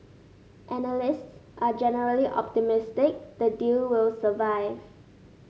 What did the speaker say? analysts are generally optimistic the deal will survive